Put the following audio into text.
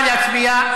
נא להצביע.